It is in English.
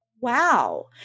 Wow